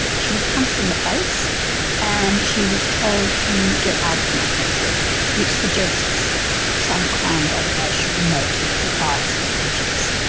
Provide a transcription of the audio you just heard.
she was punched in the face and she was told to get out of my country which suggests some kind of racial motive or bias or prejudice.